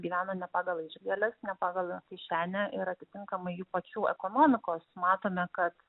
gyvena ne pagal išgales ne pagal kišenę ir atitinkamai jų pačių ekonomikos matome kad